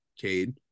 Cade